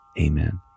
Amen